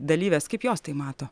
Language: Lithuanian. dalyvės kaip jos tai mato